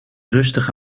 rustig